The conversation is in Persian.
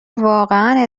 واقعا